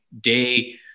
day